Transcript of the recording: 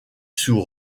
sous